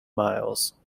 miles